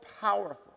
powerful